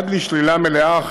עד לשלילה מלאה.